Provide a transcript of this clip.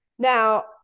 Now